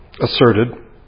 asserted